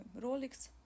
Rolex